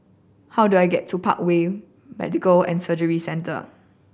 how do I get to Parkway Medical and Surgery Centre